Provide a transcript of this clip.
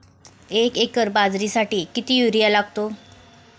एक एकर बाजरीसाठी किती युरिया लागतो?